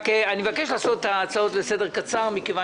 אני מבקש לעשות את ההצעות לסדר היום קצר.